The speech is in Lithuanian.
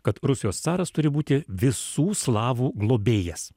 kad rusijos caras turi būti visų slavų globėjas